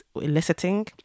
eliciting